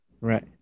Right